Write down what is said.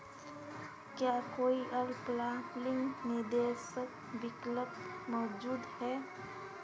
क्या कोई अल्पकालिक निवेश विकल्प मौजूद है?